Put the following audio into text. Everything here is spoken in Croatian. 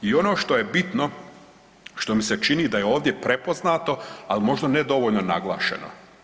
I ono što je bitno što mi se čini da je ovdje prepoznato, ali možda nedovoljno naglašeno.